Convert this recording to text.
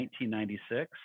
1996